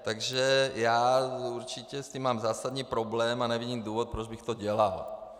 Takže já určitě s tím mám zásadní problém a nevidím důvod, proč bych to dělal.